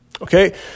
okay